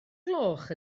gloch